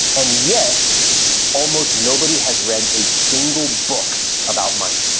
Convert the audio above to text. and yet almost nobody has read a single book about money.